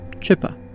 chipper